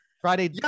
Friday